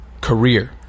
career